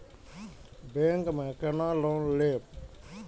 Bank में केना loan लेम?